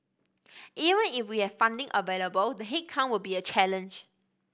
even if we had funding available the headcount will be a challenge